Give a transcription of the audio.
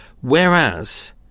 Whereas